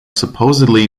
supposedly